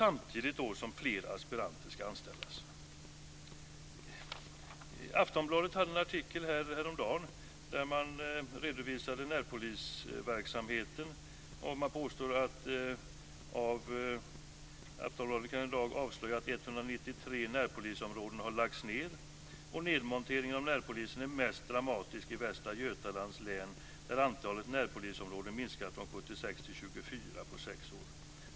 Samtidigt ska fler aspiranter anställas. Aftonbladet hade en artikel häromdagen där man redovisade närpolisverksamheten. Man skriver: Aftonbladet kan i dag avslöja att 193 närpolisområden har lagts ned. Nedmonteringen av närpolisen är mest dramatisk i Västra Götalands län, där antalet närpolisområden har minskat från 76 till 24 på sex år.